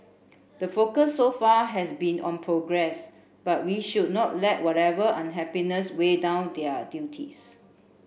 the focus so far has been on progress but we should not let whatever unhappiness weigh down their duties